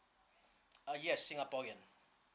uh yes singaporean